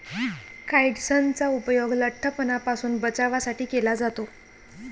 काइट्सनचा उपयोग लठ्ठपणापासून बचावासाठी केला जातो